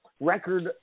record